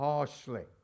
Harshly